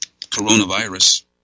coronavirus